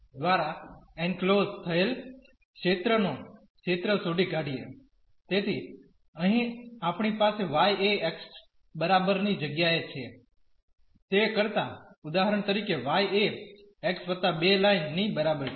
દ્વારા એનક્લોઝડ થયેલ ક્ષેત્રનો ક્ષેત્ર શોધી કાઢીએ તેથી અહીં આપણી પાસે y એ x બરાબર ની જગ્યાએ છે તે કરતા ઉદાહરણ તરીકે y એ x 2 લાઇન ની બરાબર છે